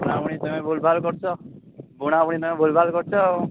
ବୁଣାବୁଣି ତୁମେ ଭୁଲଭାଲ କରୁଛ ବୁଣାବୁଣି ତୁମେ ଭୁଲଭାଲ କରୁଛ ଆଉ